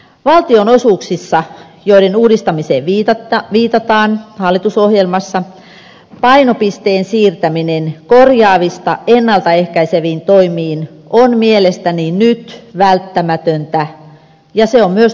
valtionosuuksissa joiden uudistamiseen viitataan hallitusohjelmassa painopisteen siirtäminen korjaavista ennalta ehkäiseviin toimiin on mielestäni nyt välttämätöntä ja se on myös tuloksellista